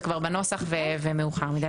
זה כבר בנוסח ומאוחר מידיי,